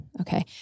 Okay